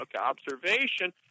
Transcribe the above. Observation